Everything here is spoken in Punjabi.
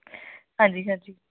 ਹਾਂਜੀ ਹਾਂਜੀ